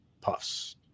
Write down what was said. puffs